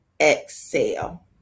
exhale